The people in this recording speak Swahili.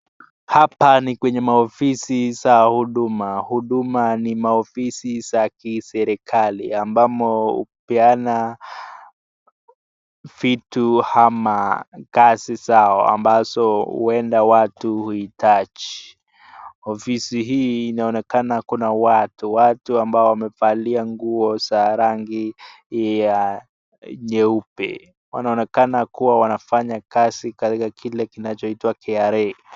Hapa ni kwenye maofisi za huduma. Huduma ni maofisi za kiserekali ambamo hupeana vitu ama kazi zao ambazo huenda watu huhitaji. Ofisi hii inaonekana kuna watu watu ambao wamevalia nguo za rangi ya nyeupe. Wanaonekana kuwa wanafanyakazi katika kile inaitwa KRA .